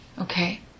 Okay